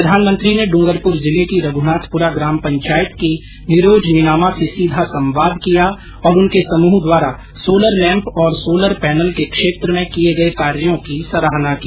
प्रधानमंत्री ने ड्रंगरपुर जिले की रघुनाथपुरा ग्राम पंचायत की निरोज निनामा से सीधा संवाद किया और उनके समूह द्वारा सोलर लैम्प और सोलर पैनल के क्षेत्र में किए गए कार्यों की सराहना की